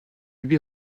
lui